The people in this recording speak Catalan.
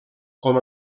com